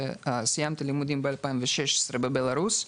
סיימתי את לימודיי בשנת 2016 בבלארוס,